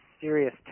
serious